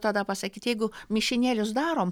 tada pasakyt jeigu mišinėlius darom